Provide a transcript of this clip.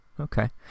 Okay